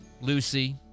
Lucy